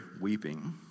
weeping